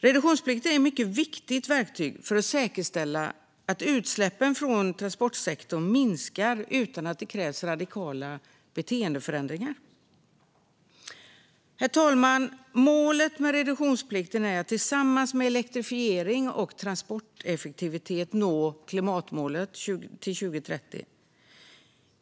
Reduktionsplikten är ett mycket viktigt verktyg för att säkerställa att utsläppen från transportsektorn minskar utan att det krävs radikala beteendeförändringar. Herr talman! Målet med reduktionsplikten är att tillsammans med elektrifiering och transporteffektivitet nå klimatmålet 2030.